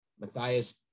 Matthias